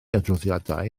adroddiadau